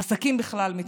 עסקים בכלל מתמוטטים,